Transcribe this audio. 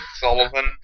Sullivan